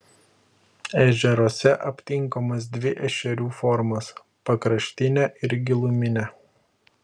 ežeruose aptinkamos dvi ešerių formos pakraštinė ir giluminė